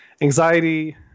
anxiety